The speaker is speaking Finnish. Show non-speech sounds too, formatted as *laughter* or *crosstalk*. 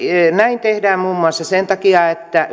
näin tehdään muun muassa sen takia että *unintelligible*